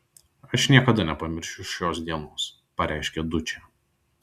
aš niekada nepamiršiu šios dienos pareiškė dučė